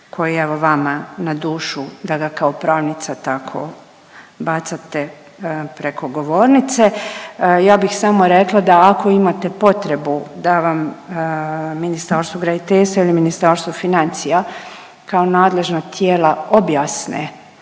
koji je vama na dušu da ga kao pravnica tako bacate preko govornice. Ja bih samo rekla da ako imate potrebu da vam Ministarstvo graditeljstva ili Ministarstvo financija kao nadležna tijela objasne